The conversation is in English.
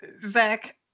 Zach